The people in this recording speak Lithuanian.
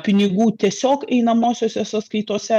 pinigų tiesiog einamosiose sąskaitose